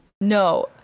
No